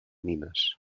nines